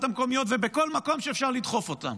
המקומיות ובכל מקום שאפשר לדחוף אותם.